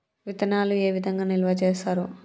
విత్తనాలు ఏ విధంగా నిల్వ చేస్తారు?